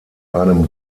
einem